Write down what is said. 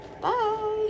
Bye